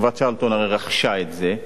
חברת "צ'רלטון" הרי רכשה את זה,